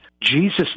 Jesus